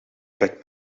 pac